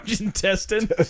intestine